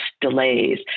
delays